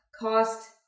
cost